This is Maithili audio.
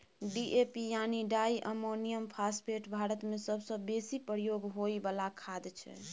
डी.ए.पी यानी डाइ अमोनियम फास्फेट भारतमे सबसँ बेसी प्रयोग होइ बला खाद छै